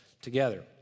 together